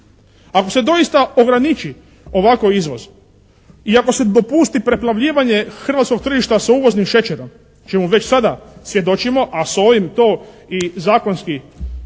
Ako se doista ograniči ovako izvoz i ako se dopusti preplavljivanje hrvatskog tržišta sa uvoznim šećerom čemu već sada svjedočimo, a s ovim to i zakonski